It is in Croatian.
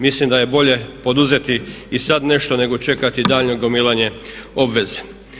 Mislim da je bolje poduzeti i sad nešto nego čekati daljnje gomilanje obveze.